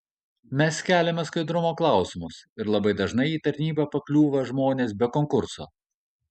mes keliame skaidrumo klausimus ir labai dažnai į tarnybą pakliūvą žmonės be konkurso